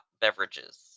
beverages